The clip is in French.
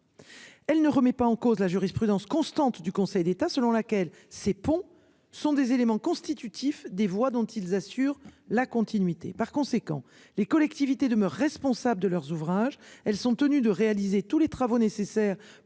Elle ne remet pas en cause la jurisprudence constante du Conseil d'État selon laquelle ces ponts sont des éléments constitutifs des voix dont ils assurent la continuité par conséquent les collectivités de me responsable de leurs ouvrages. Elles sont tenus de réaliser tous les travaux nécessaires